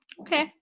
Okay